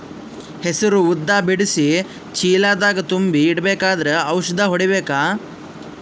ಹೆಸರು ಉದ್ದ ಬಿಡಿಸಿ ಚೀಲ ದಾಗ್ ತುಂಬಿ ಇಡ್ಬೇಕಾದ್ರ ಔಷದ ಹೊಡಿಬೇಕ?